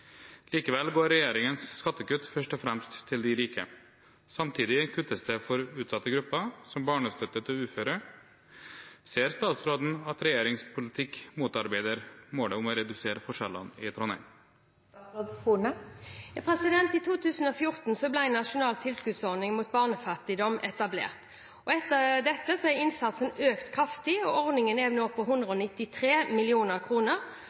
Likevel går regjeringens skattekutt først og fremst til de rike. Samtidig kuttes det for utsatte grupper, som barnestøtte til uføre. Ser statsråden at regjeringens politikk motarbeider målet om å redusere forskjellene i Trondheim?» I 2014 ble den nasjonale tilskuddsordningen mot barnefattigdom etablert. Etter dette er innsatsen økt kraftig, og ordningen er nå på